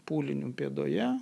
pūliniu pėdoje